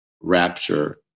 rapture